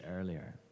earlier